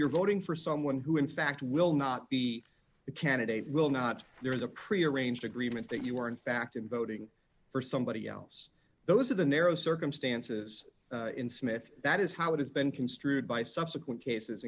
you're voting for someone who in fact will not be the candidate will not there is a pre arranged agreement that you are in fact i'm voting for somebody else those are the narrow circumstances in smith that is how it has been construed by subsequent cases